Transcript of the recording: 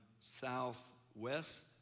southwest